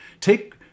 take